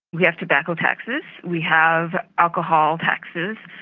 we have tobacco taxes, we have alcohol taxes.